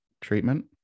treatment